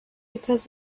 because